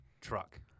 truck